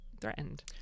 threatened